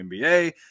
NBA